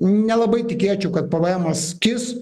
nelabai tikėčiau kad pvemas kis